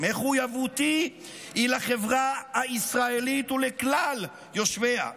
מחויבותי היא לחברה הישראלית ולכלל יושביה,